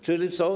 Czyli co?